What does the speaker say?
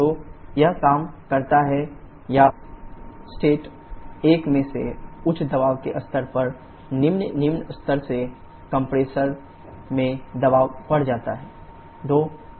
तो यह काम करता है या स्टेट 1 में से उच्च दबाव के स्तर पर निम्न निम्न स्तर से कंप्रेसर में दबाव बढ़ जाता है